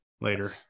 later